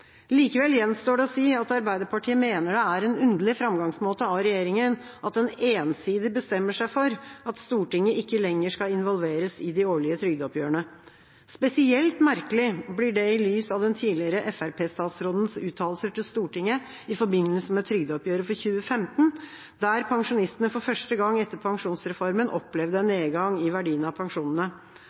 Likevel gjenstår det å si at Arbeiderpartiet mener det er en underlig framgangsmåte av regjeringen at den ensidig bestemmer seg for at Stortinget ikke lenger skal involveres i de årlige trygdeoppgjørene. Spesielt merkelig blir det i lys av den tidligere Fremskrittsparti-statsrådens uttalelser til Stortinget i forbindelse med trygdeoppgjøret for 2015, der pensjonistene for første gang etter pensjonsreformen opplevde en nedgang i verdien av pensjonene.